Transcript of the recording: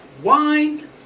Wine